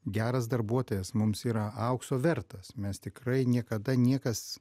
geras darbuotojas mums yra aukso vertas mes tikrai niekada niekas